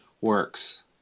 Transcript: works